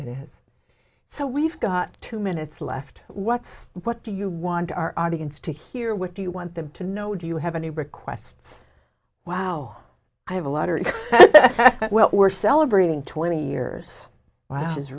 it is so we've got two minutes left what's what do you want our audience to hear what do you want them to know do you have any requests wow i have a lottery we're celebrating twenty years wow